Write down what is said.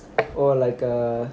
oh like a